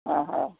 অঁ হয়